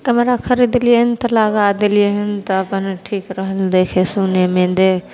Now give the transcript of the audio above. camera खरीदलियै हन तऽ लगा देलियै हन तऽ अपन ठीक रहल देखै सुनैमे दे